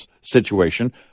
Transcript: situation